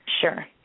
Sure